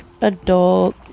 adult